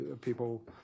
people